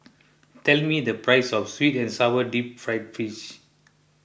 tell me the price of Sweet and Sour Deep Fried Fish